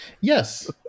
Yes